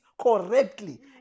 correctly